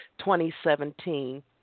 2017